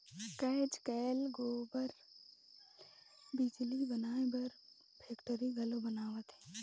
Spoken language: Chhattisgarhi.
आयज कायल गोबर ले बिजली बनाए बर फेकटरी घलो बनावत हें